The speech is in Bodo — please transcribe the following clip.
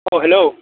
अ हेल'